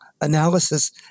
analysis